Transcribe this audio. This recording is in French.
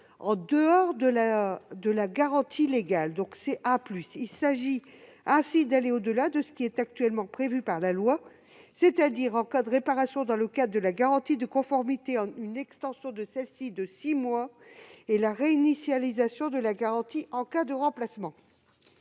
en dehors de la garantie légale, c'est-à-dire la catégorie « A+ ». Il s'agit ainsi d'aller au-delà de ce qui est actuellement prévu par la loi, c'est-à-dire, en cas de réparation dans le cadre de la garantie de conformité, une extension de celle-ci de six mois et la réinitialisation de la garantie en cas de remplacement.